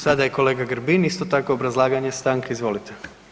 Sada je kolega Grbin, isto tako, obrazlaganje stanke, izvolite.